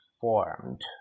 formed